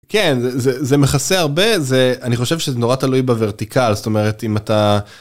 כן זה זה מכסה הרבה, זה.. אני חושב שזה נורא תלוי בורטיקל, זאת אומרת אם אתה...